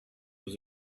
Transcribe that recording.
was